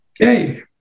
okay